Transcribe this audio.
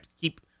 keep